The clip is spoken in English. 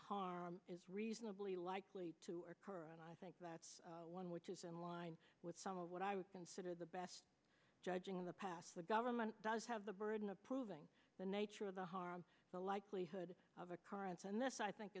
harm is reasonably likely to occur and i think that's one which is unwind with some of what i would consider the best judging in the past the government does have the burden of proving the nature of the harm the likelihood of occurrence and this i think